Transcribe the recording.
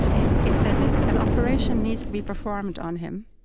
it's it's as if an operation needs to be performed on him,